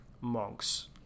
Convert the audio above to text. monks